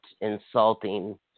insulting